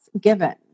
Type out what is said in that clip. given